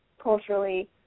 culturally